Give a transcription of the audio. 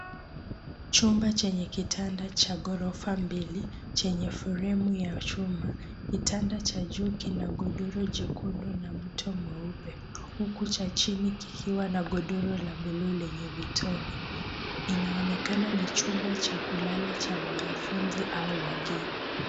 Chumba chenye kitanda cha ghorofa mbili chenye fremu ya chuma. Kitanda cha juu kina godoro jekundu na mto mweupe huku cha chini kikiwa na godoro la bluu lenye vitone. Inaonekana ni chumba cha kulala cha wanafunzi au wageni.